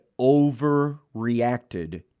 overreacted